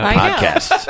podcast